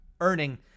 earning